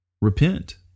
repent